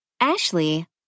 Ashley